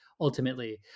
ultimately